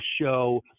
show